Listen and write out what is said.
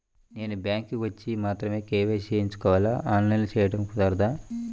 నేను బ్యాంక్ వచ్చి మాత్రమే కే.వై.సి చేయించుకోవాలా? ఆన్లైన్లో చేయటం కుదరదా?